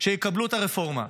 שיקבלו את הרפורמה,